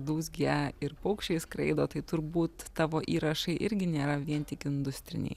dūzgia ir paukščiai skraido tai turbūt tavo įrašai irgi nėra vien tik industriniai